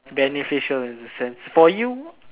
beneficial in a sense for you